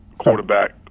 Quarterback